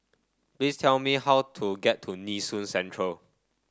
please tell me how to get to Nee Soon Central